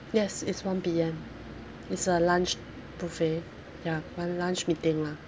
yes it's one P_M it's a lunch buffet ya one lunch meeting lah